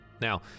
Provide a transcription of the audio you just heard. Now